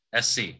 SC